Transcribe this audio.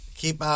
keep